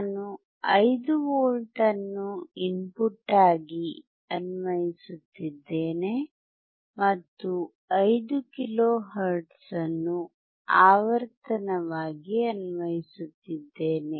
ನಾನು 5V ಅನ್ನು input ಆಗಿ ಅನ್ವಯಿಸುತ್ತಿದ್ದೇನೆ ಮತ್ತು 5 ಕಿಲೋ ಹರ್ಟ್ಜ್ ಅನ್ನು ಆವರ್ತನವಾಗಿ ಅನ್ವಯಿಸುತ್ತಿದ್ದೇನೆ